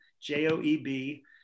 J-O-E-B